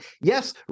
Yes